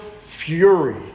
fury